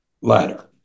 ladder